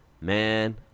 man